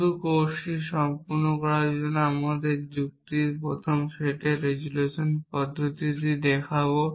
শুধু কোর্সটি সম্পূর্ণ করার জন্য আমরা যুক্তির প্রথম সেটে রেজোলিউশন পদ্ধতিটি দেখব